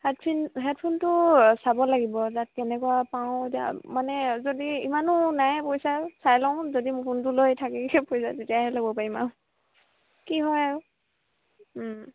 হেডফিন হেডফোনটো চাব লাগিব তাত কেনেকুৱা পাওঁ এতিয়া মানে যদি ইমানো নাই পইচা চাই লওঁ যদি ফোনটো লৈ থাকেগৈ পইচা তেতিয়াহে ল'ব পাৰিম আৰু কি হয় আৰু